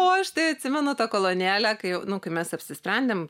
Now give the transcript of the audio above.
o aš tai atsimenu tą kolonėlę kai jau nu kai mes apsisprendėm